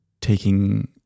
taking